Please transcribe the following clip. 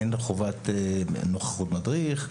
אין חובת נוכחות מדריך,